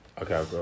Okay